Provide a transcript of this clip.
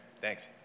Thanks